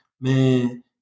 man